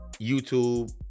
YouTube